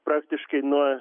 praktiškai nuo